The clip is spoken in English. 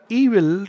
evil